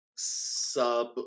sub